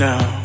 Now